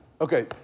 okay